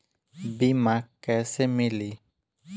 बीमा कैसे मिली?